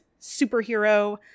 superhero